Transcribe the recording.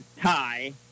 tie